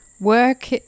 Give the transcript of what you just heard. work